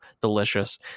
delicious